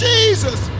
Jesus